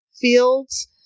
fields